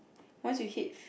once you hit